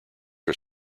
are